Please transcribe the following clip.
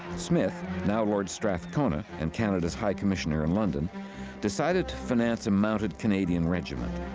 smith, now lord strathcona and canada's high commissioner in london decided to finance a mounted canadian regiment.